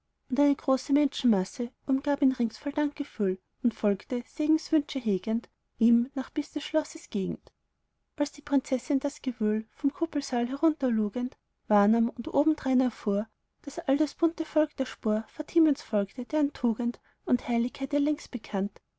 und eine große menschenmasse umgab ihn rings voll dankgefühl und folgte segenswünsche hegend ihm nach bis in des schlosses gegend als die prinzessin das gewühl vom kuppelsaal herunterlugend wahrnahm und obendrein erfuhr daß all dies bunte volk der spur fatimens folge deren tugend und heiligkeit ihr längst bekannt